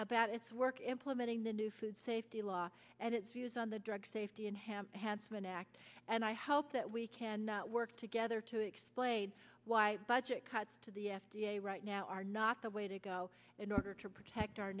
about its work implementing the new food safety law and its views on the drug safety and have had an act and i hope that we can work together to explain why budget cuts to the f d a right now are not the way to go in order to protect our